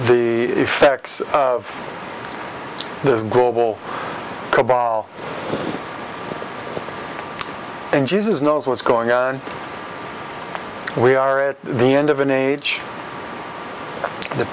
the effects of this global cabal and jesus knows what's going on we are at the end of an age the